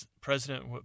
President